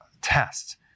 tests